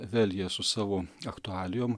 vėl jie su savo aktualijom